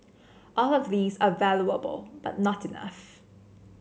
all of these are valuable but not enough